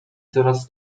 coraz